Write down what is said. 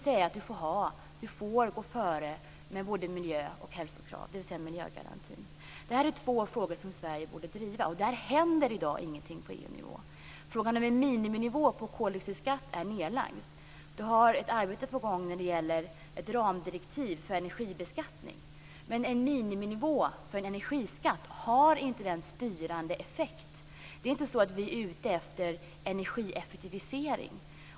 Man ska få gå före med både miljö och hälsokrav, dvs. miljögarantin. Det här är två frågor som Sverige borde driva, men i dag händer ingenting på EU-nivå. Frågan om en miniminivå på koldioxidskatten är nedlagd. Ett arbete är på gång för ett ramavtal på energibeskattning, men en miniminivå för en energiskatt har inte en styrande effekt. Vi är inte ute efter en energieffektivisering.